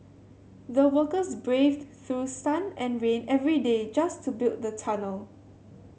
the workers braved through sun and rain every day just to build the tunnel